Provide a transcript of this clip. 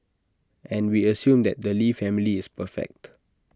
and we assume that the lee family is perfect